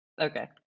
Okay